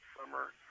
summer